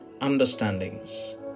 understandings